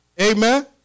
Amen